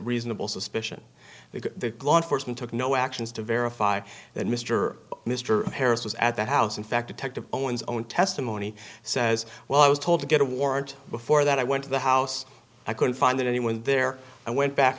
reasonable suspicion that the law enforcement took no actions to verify that mr mr harris was at that house in fact detective owens own testimony says well i was told to get a warrant before that i went to the house i couldn't find anyone there i went back